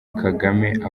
kagame